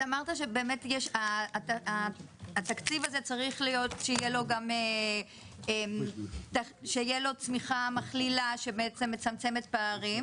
אמרת שהתקציב הזה צריך להיות שיהיה לו גם צמיחה מכלילה שמצמצת פערים.